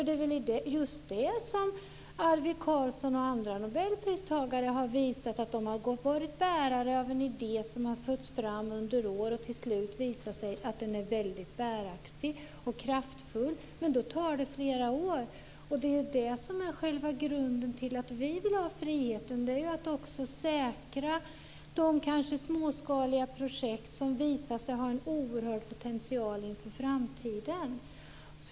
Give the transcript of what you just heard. Det är just vad Arvid Carlsson och andra nobelpristagare har visat. De har varit bärare av en idé som har förts fram under åren. Till slut har det visat sig att den är bäraktig och kraftfull. Men det tar flera år. Det är själva grunden till att vi vill ha friheten. Vi vill säkra de kanske småskaliga projekt som visar sig ha en oerhörd potential inför framtiden.